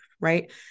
right